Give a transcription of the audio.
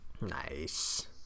Nice